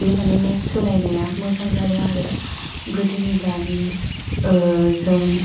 बे माने बे सोलायनाया मोजां जादों आरो गोदोनि दानि जों